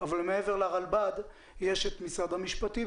אבל מעבר לרלב"ד יש את משרד המשפטים,